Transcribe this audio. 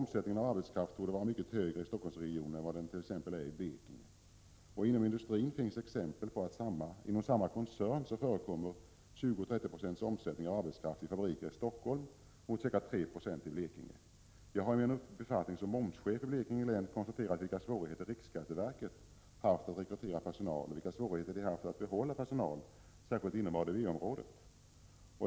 Omsättningen av arbetskraft torde vara mycket högre i Helsingforssregionen än vad den är i t.ex. Blekinge. Inom industrin finns exempel på att det inom samma koncern förekommer att omsättningen av arbetskraft vid fabriker i Helsingfors är 20-30 26, medan den är ca 3 Z0 vid anläggningar i Blekinge. Jag har i min befattning som momschef i Blekinge konstaterat vilka svårigheter riksskatteverket haft att såväl rekrytera som behålla personal, särskilt inom ADB-området.